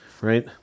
Right